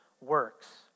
works